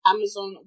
Amazon